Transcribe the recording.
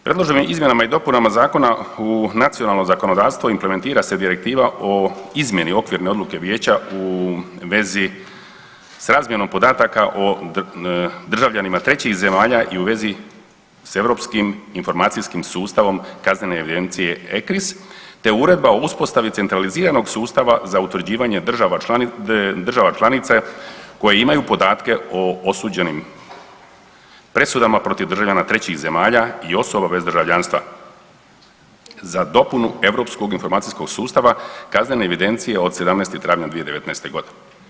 Predloženim izmjenama i dopunama zakona u nacionalno zakonodavstvo implementira se direktiva o izmjeni okvirne odluke vijeća u vezi s razmjenom podataka o državljanima trećih zemalja i u vezi s Europskim informacijskim sustavom kaznene evidencije ECRIS te uredba o uspostavi centraliziranog sustava za utvrđivanje država članica, država članica koje imaju podatke o osuđenim presudama protiv državljana trećih zemalja i osoba bez državljanstva za dopunu Europskog informacijskog sustava kaznene evidencije od 17. travnja 2019. godine.